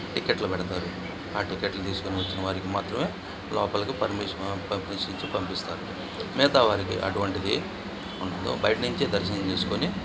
టిక్కెట్లు పెడతారు ఆ టిక్కెట్లు తీసుకుని వచ్చిన వారికి మాత్రమే లోపలికి పర్మిషను పర్మిషన్ ఇచ్చి పంపిస్తారు మిగతా వారికి అటువంటిది ఉండదు బయట నుంచి దర్శనం చేసుకొని